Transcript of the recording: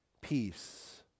peace